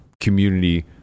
community